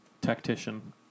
Tactician